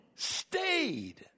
stayed